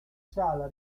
sala